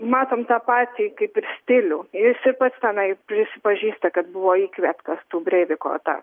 matom tą patį kaip ir stilių jis ir pats tenais prisipažįsta kad buvo įkvėptas tų breiviko atakų